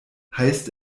heißt